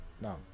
No